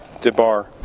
debar